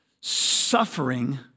Suffering